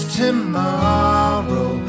tomorrow